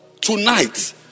tonight